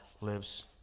lives